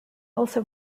also